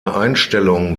einstellung